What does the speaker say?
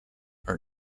are